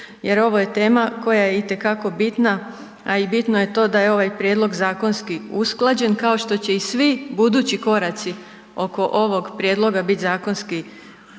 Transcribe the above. jer ovo je tema koja je itekako bitna, a i bitno je to da je ovaj prijedlog zakonski usklađen, kao što će i svi budući koraci oko ovog prijedloga bit zakonski usklađeno.